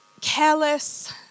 careless